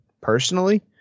personally